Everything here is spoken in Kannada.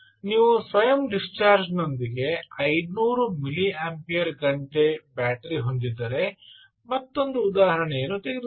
ನೀವು ಸ್ವಯಂ ಡಿಸ್ಚಾರ್ಜ್ನೊಂದಿಗೆ 500 ಮಿಲಿಯಂಪೇರ್ ಗಂಟೆ ಬ್ಯಾಟರಿ ಹೊಂದಿದ್ದರೆ ಮತ್ತೊಂದು ಉದಾಹರಣೆಯನ್ನು ತೆಗೆದುಕೊಳ್ಳಿ